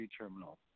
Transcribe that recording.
terminal